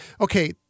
okay